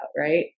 right